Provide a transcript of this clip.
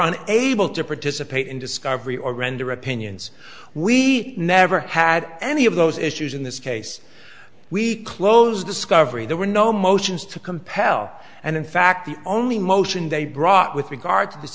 own able to participate in discovery or render opinions we never had any of those issues in this case we closed discovery there were no motions to compel and in fact the only motion they brought with regard to this